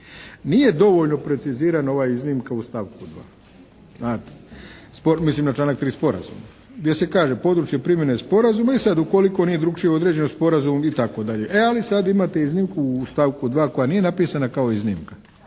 Nije dovoljno precizirana ova iznimka u stavku 2. znate, mislim na članak 3. sporazuma gdje se kaže područje primjene sporazuma. E sad ukoliko nije drukčije određeno sporazum itd. E ali sad imate iznimku u stavku 2. koja nije napisana kao iznimka